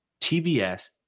TBS